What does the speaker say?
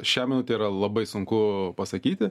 šią minutę yra labai sunku pasakyti